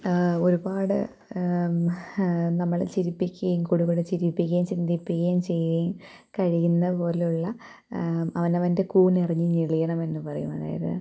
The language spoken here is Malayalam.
ഒരുപാട് നമ്മളെ ചിരിപ്പിക്കുകയും കുടു കുടെ ചിരിപ്പിക്കുകയും ചിന്തിപ്പിക്കുകയും ചെയ് കഴിയുന്ന പോലുള്ള അവനവന്റെ കൂനറിഞ്ഞ് ഞെളിയണം എന്ന് പറയും അതായത്